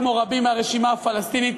כמו רבים מהרשימה הפלסטינית,